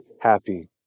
happy